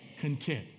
content